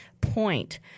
point